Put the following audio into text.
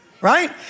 right